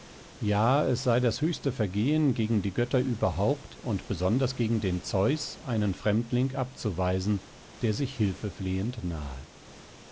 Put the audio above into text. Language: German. ja es sei das höchste vergehen gegen die götter überhaupt und besonders gegen den zeus einen fremdling abzuweisen der sich hilfeflehend nahe